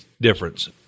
difference